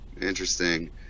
interesting